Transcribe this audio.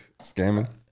Scamming